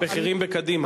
על-ידי בכירים בקדימה.